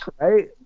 right